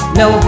no